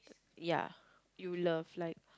ya you love like